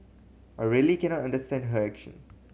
I really cannot understand her action